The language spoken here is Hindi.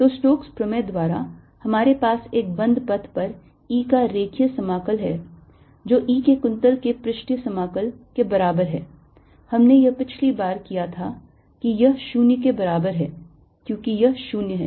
तो स्टोक्स प्रमेय द्वारा हमारे पास एक बंद पथ पर E का रेखीय समाकल हैं जो E के कुंतल के पृष्ठीय समाकल के बराबर है हमने यह पिछली बार किया था कि यह 0 के बराबर है क्योंकि यह 0 हैं